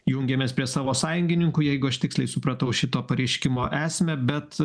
jungiamės prie savo sąjungininkų jeigu aš tiksliai supratau šito pareiškimo esmę bet